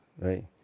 Right